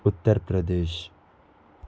Uttar Pradesh